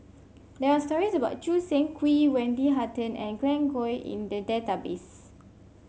there are stories about Choo Seng Quee Wendy Hutton and Glen Goei in the database